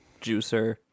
juicer